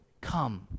come